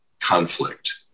conflict